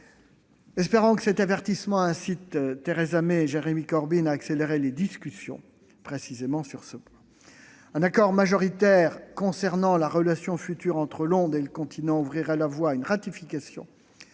Espérons que cet avertissement incite Theresa May et Jeremy Corbyn à accélérer les discussions sur ce point. Un accord majoritaire concernant la relation future entre Londres et le continent ouvrirait la voie à une ratification